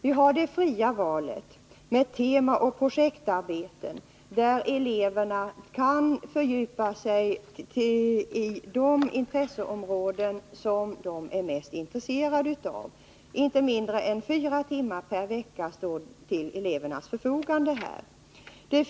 Vi har det fria valet med temaoch projektarbeten, där eleverna kan fördjupa sig i de områden som de är mest intresserade av. Inte mindre än fyra timmar per vecka står till elevernas förfogande för detta.